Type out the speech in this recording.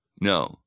No